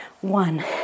one